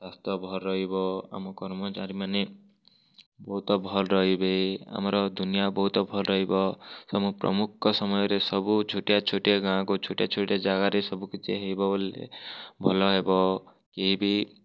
ସ୍ୱାସ୍ଥ୍ୟ ଭଲ୍ ରହିବ ଆମ କର୍ମଚାରୀମାନେ ବହୁତ ଭଲ୍ ରହିବେ ଆମର ଦୁନିଆ ବହୁତ ଭଲ୍ ରହିବ ସମୁ ପ୍ରମୁକ ସମୟରେ ସବୁ ଛୋଟିଆ ଛୋଟିଆ ଗାଁକୁ ଛୋଟିଆ ଛୋଟିଆ ଜାଗାରେ ସବୁକିଛି ହେବ ବୋଲି ଭଲ ହେବ କିଏ ବି